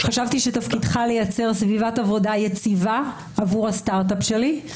חשבתי שתפקידך לייצר סביבת עבודה יציבה עבור הסטארט אפ שלי.